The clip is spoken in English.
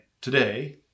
today